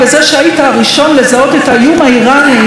בזה שהיית הראשון לזהות את האיום האיראני,